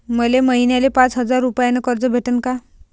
मले महिन्याले पाच हजार रुपयानं कर्ज भेटन का?